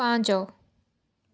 ପାଞ୍ଚ